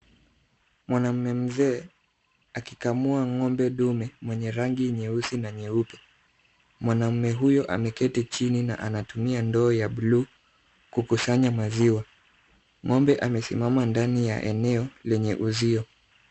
Mwanamume mzee akikamua ng'ombe dume mwenye rangi nyeusi na nyeupe. Mwanamume huyu ameketi chini na anatumia ndoo ya blue kukusanya maziwa. Ng'ombe amesimama ndani ya eneo lenye uzio.